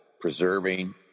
preserving